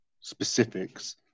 specifics